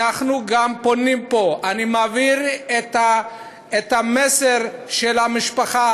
אנחנו גם פונים פה, אני מעביר את המסר של המשפחה,